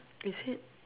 is it